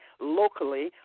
locally